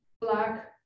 black